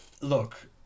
Look